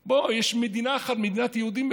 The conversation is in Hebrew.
יש מדינה אחת, מדינת היהודים.